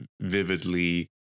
vividly